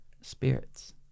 spirits